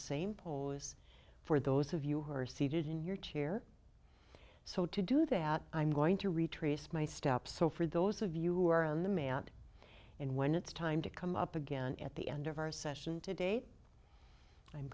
same pose for those of you who are seated in your chair so to do that i'm going to retrace my steps so for those of you who are on the may out and when it's time to come up again at the end of our session today i'm